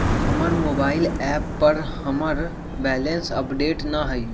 हमर mobile app पर हमर बैलेंस अपडेट न हई